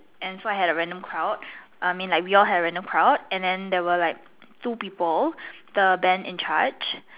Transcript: and so I had a random crowd I mean we all had a random crowd and then there were like two people the band in charge